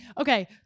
Okay